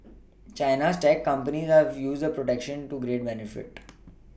China's tech companies have used the protection to great benefit